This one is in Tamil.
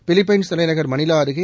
பிலிப்பைன்ஸ் தலைநகர் மணிலா அருகே